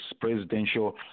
presidential